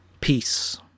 Peace